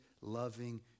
loving